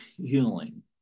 healing